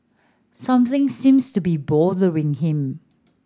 something seems to be bothering him